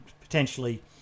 potentially